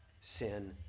sin